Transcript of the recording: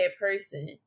person